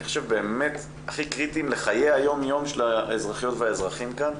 אני חושב באמת הכי קריטיים לחיי היום יום של האזרחיות והאזרחים כאן,